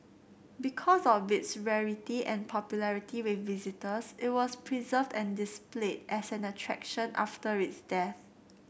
because of its rarity and popularity with visitors it was preserved and displayed as an attraction after its death